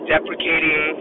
Deprecating